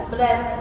Bless